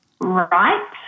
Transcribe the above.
right